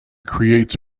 creates